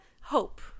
hope